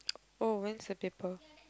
oh when is the paper